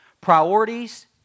Priorities